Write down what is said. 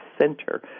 center